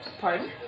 Pardon